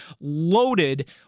loaded